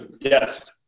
Yes